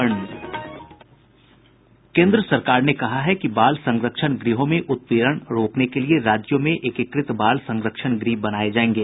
केन्द्र सरकार ने कहा है कि बाल संरक्षण गृहों में उत्पीड़न रोकने के लिए राज्यों में एकीकृत बाल संरक्षण गृह बनाये जायेंगे